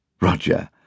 Roger